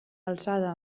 alçada